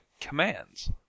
commands